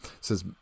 says